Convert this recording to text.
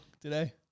today